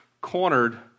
Cornered